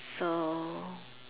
so